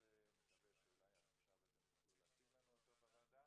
ואני מקווה שאולי תוכלו להציג לנו אותו או את חלקו פה בוועדה.